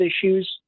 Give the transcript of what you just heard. issues